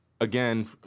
again